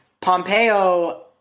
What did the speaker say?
Pompeo